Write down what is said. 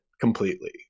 completely